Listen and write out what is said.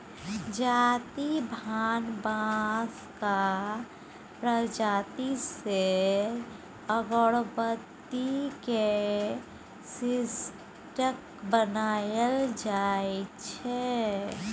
जाति भान बाँसक प्रजाति सँ अगरबत्ती केर स्टिक बनाएल जाइ छै